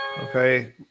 Okay